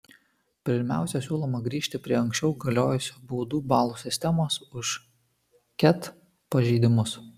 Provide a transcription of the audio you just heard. pirmiausia siūloma grįžti prie anksčiau galiojusios baudų balų sistemos už ket pažeidimus